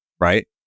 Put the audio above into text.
right